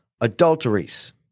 adulteries